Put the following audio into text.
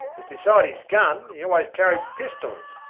as besides his gun he always carried pistols,